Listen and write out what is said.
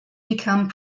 become